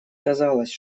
казалось